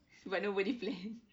but nobody plan